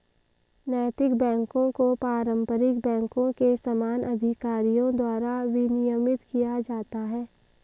नैतिक बैकों को पारंपरिक बैंकों के समान अधिकारियों द्वारा विनियमित किया जाता है